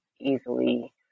Easily